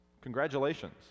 Congratulations